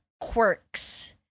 quirks